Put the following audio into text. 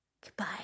Goodbye